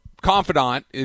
confidant